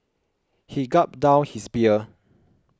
he gulped down his beer